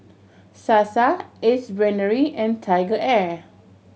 Sasa Ace Brainery and TigerAir